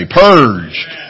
purged